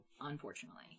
unfortunately